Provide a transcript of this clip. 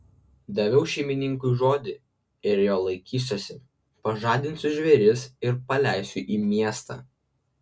daviau šeimininkui žodį ir jo laikysiuosi pažadinsiu žvėris ir paleisiu į miestą